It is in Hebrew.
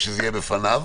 אתו כשיהיה בפניו.